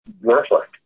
worthless